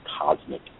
cosmic